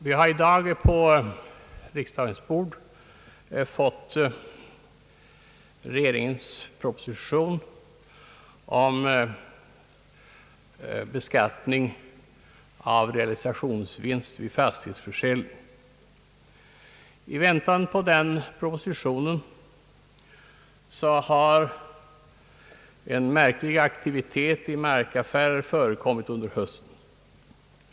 Vi har i dag på riksdagens bord fått regeringens proposition om beskattning av realisationsvinster vid fastighetsförsäljning. I väntan på den propositionen har en märklig aktivitet i markaffärer förekommit under hösten.